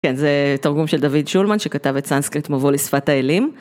כן זה תרגום של דוד שולמן שכתב את סנסקריט מבוא לשפת האלים.